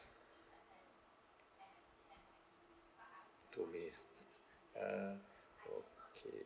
two minutes uh okay